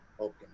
Okay